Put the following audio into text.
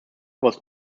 was